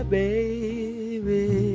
baby